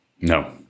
No